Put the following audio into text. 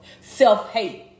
self-hate